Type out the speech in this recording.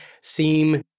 seem